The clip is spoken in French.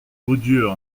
odieux